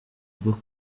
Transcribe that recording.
bwo